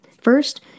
First